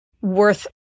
worth